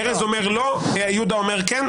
ארז אומר לא, יהודה אומר כן.